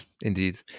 Indeed